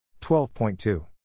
12.2